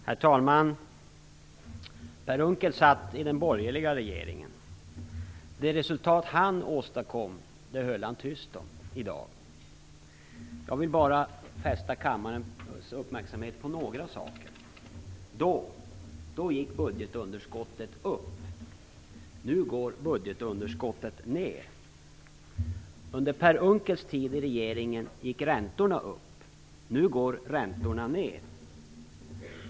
Herr talman! Per Unckel satt i den borgerliga regeringen. Det resultat han åstadkom höll han tyst om i dag. Jag vill bara fästa kammarens uppmärksamhet på några saker. Då gick budgetunderskottet upp. Nu går budgetunderskottet ned. Under Per Unckels tid i regeringen gick räntorna upp. Nu går räntorna ned.